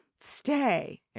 Stay